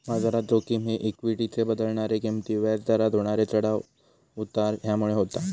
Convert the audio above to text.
बाजारात जोखिम ही इक्वीटीचे बदलणारे किंमती, व्याज दरात होणारे चढाव उतार ह्यामुळे होता